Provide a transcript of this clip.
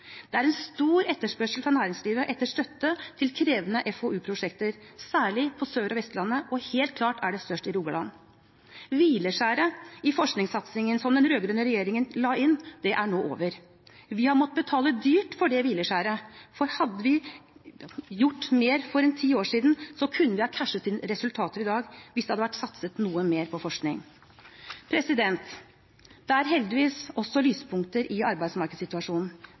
Det er en stor etterspørsel fra næringslivet etter støtte til krevende FoU-prosjekter, særlig på Sør- og Vestlandet, og helt klart er det størst i Rogaland. Hvileskjæret i forskningssatsingen som den rød-grønne regjeringen la inn, er nå over. Vi har måttet betale dyrt for det hvileskjæret, for hadde vi gjort mer for ti år siden, kunne vi ha «cashet» inn resultater i dag hvis det hadde vært satset noe mer på forskning. Det er heldigvis også lyspunkter i arbeidsmarkedssituasjonen.